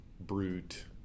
brute